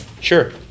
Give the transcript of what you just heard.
sure